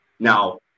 Now